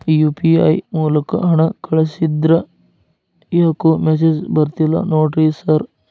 UPI ಮೂಲಕ ಹಣ ಕಳಿಸಿದ್ರ ಯಾಕೋ ಮೆಸೇಜ್ ಬರ್ತಿಲ್ಲ ನೋಡಿ ಸರ್?